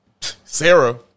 Sarah